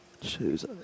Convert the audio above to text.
Choose